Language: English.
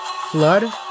flood